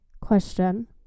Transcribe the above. question